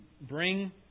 bring